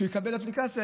שתהיה אפליקציה,